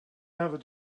never